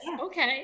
okay